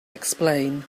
explain